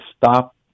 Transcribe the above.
stop